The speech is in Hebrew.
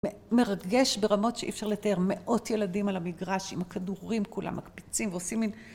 מרגש ברמות שאי אפשר לתאר, מאות ילדים על המגרש עם הכדורים, כולם מקפיצים ועושים מין